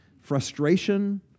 frustration